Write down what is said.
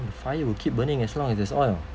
the fire will keep burning as long as there's oil